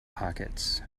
pockets